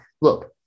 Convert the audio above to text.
look